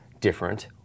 different